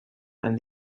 and